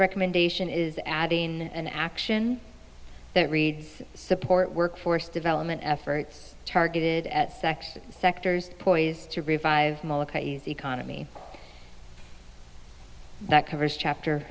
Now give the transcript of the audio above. recommendation is adding an action that reads support workforce development efforts targeted at sex sectors poised to revive the economy that covers chapter